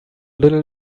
little